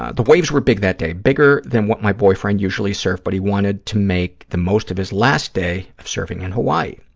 ah the waves were big that day, bigger than what my boyfriend usually surfed but he wanted to make the most of his last day of surfing in hawaii.